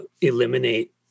eliminate